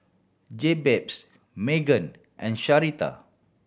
Jabez Magen and Sharita